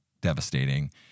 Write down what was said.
devastating